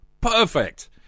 Perfect